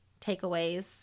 takeaways